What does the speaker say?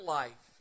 life